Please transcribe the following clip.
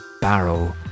barrel